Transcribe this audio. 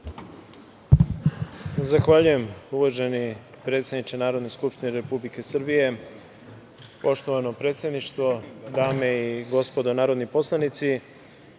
Zahvaljujem, uvaženi predsedniče Narodne skupštine Republike Srbije. Poštovano predsedništvo, dame i gospodo narodni poslanici,